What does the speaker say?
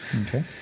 Okay